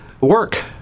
Work